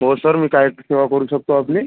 हो सर मी काय सेवा करू शकतो आपली